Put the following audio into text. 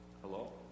Hello